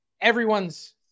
everyone's